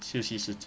休息时间